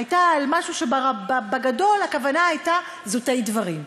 הייתה על משהו שבגדול הכוונה הייתה זוטי דברים.